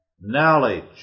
Knowledge